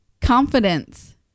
confidence